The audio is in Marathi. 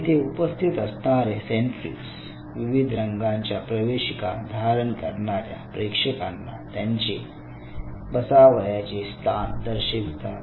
तेथे उपस्थित असणारे सेन्ट्रीज विविध रंगाच्या प्रवेशिका धारण करणार्या प्रेक्षकांना त्यांचे बसावयाचे स्थान दर्शवितात